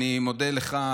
אני מודה לך,